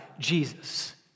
Jesus